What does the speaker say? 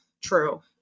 true